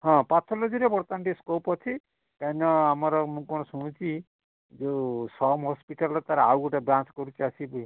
ହଁ ପାଥୋଲୋଜିରେ ବର୍ତ୍ତମାନ ଟିକେ ସ୍କୋପ୍ ଅଛି କାହିଁନା ଆମର ମୁଁ କ'ଣ ଶୁଣୁଛି ଯେଉଁ ସମ୍ ହସ୍ପିଟାଲ୍ ତା'ର ଆଉ ଗୋଟେ ବ୍ରାଞ୍ଚ୍ କରୁଛି ଆସିକି